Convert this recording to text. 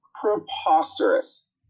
preposterous